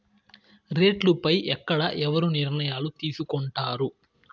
రేట్లు పై ఎక్కడ ఎవరు నిర్ణయాలు తీసుకొంటారు?